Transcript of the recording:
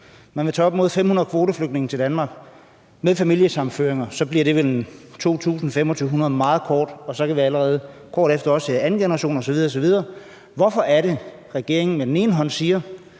Man vil tage op mod 500 kvoteflygtninge til Danmark, og med familiesammenføringer bliver det vel 2.000-2.500, og kort efter kan vi også se anden generation osv. osv. Hvorfor er det, at regeringen på den ene side siger,